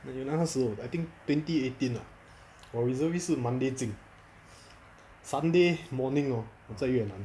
有那个时候 I think twenty eighteen ah 我 reservist 是 monday 进 sunday morning hor 我在云南